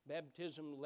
Baptism